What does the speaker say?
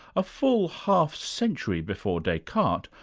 a full half-century before descartes,